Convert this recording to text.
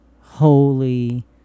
holy